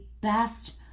best